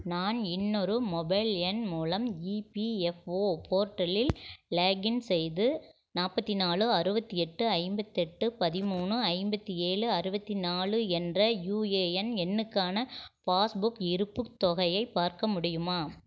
நான் இன்னொரு மொபைல் எண் மூலம் இபிஎஃப்ஒ போர்ட்டலில் லாகின் செய்து நாற்பத்திநாலு அறுபத்தி எட்டு ஐம்பத்தெட்டு பதிமூணு ஐம்பத்து ஏழு அறுபத்தி நாலு என்ற யுஏஎன் எண்ணுக்கான பாஸ்புக் இருப்பு தொகையை பார்க்க முடியுமா